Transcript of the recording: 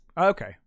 okay